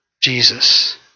Jesus